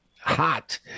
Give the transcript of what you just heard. hot